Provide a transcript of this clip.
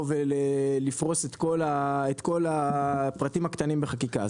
ולפרוס את כל הפרטים הקטנים בחקיקה.